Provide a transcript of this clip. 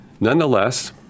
Nonetheless